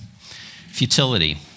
futility